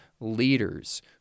leaders